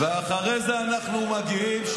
ואחרי זה אנחנו מגיעים,